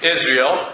Israel